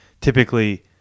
typically